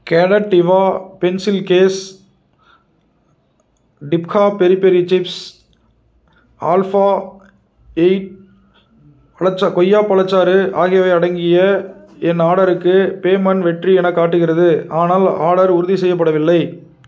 cadet இவா pencil case டிப்ஹா peri peri chips alpha eight பழச்சாறு கொய்யா பழச்சாறு ஆகியவை அடங்கிய என் ஆர்டருக்கு பேமெண்ட் வெற்றி எனக் காட்டுகிறது ஆனால் ஆர்டர் உறுதி செய்யப்படவில்லை